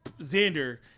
Xander